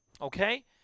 Okay